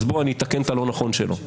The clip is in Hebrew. אז אני אתקן את הלא נכון שלו.